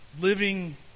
living